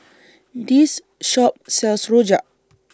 This Shop sells Rojak